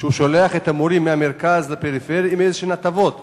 ששולח את המורים מהמרכז לפריפריה עם הטבות